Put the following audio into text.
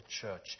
church